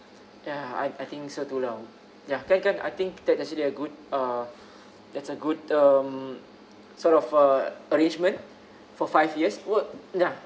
ya I I think so too lah ya thank can I think that's' actually a good uh that's a good um sort of uh arrangement for five years work ya